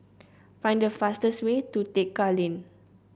find the fastest way to Tekka Lane